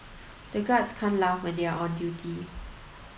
the guards can't laugh when they are on duty